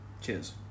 Cheers